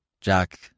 Jack